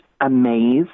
amazed